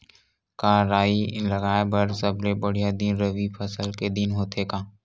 का राई लगाय बर सबले बढ़िया दिन रबी फसल के दिन होथे का?